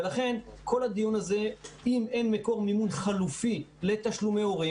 ולכן אם מקור מימון חלופי לתשלומי ההורים